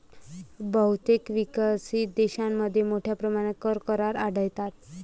बहुतेक विकसित देशांमध्ये मोठ्या प्रमाणात कर करार आढळतात